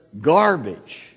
garbage